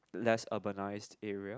less urbanised area